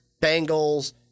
Bengals